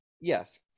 Yes